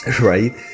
Right